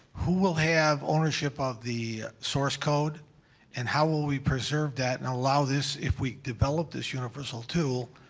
who will have ownership of the source code and how will we preserve that and allow this, if we develop this universal tool,